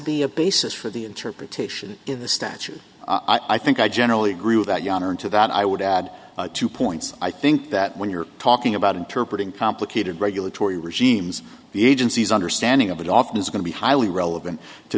be a basis for the interpretation of the statute i think i generally agree with that yonder and to that i would add two points i think that when you're talking about interpreting complicated regulatory regimes the agencies understanding of it often is going to be highly relevant to